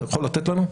אתה יכול לתת לנו?